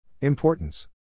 Importance